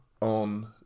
On